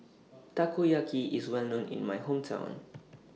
Takoyaki IS Well known in My Hometown